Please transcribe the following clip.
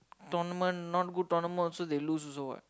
tournament not good tournament also they lose also what